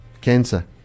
Cancer